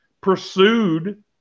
pursued